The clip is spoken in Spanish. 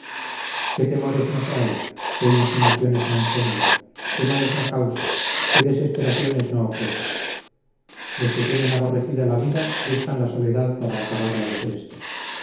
qué temores no trae que imaginaciones no engendra qué males no causa qué desesperaciones no ofrece los que tienen aborrecida la vida buscan la soledad para acabarla de presto